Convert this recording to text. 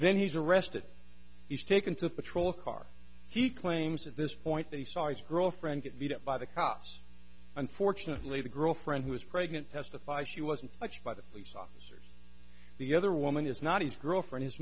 then he's arrested he's taken to the patrol car he claims at this point that he saw his girlfriend get beat up by the cops unfortunately the girlfriend who was pregnant testified she wasn't touched by the police officers the other woman is not he's girlfriend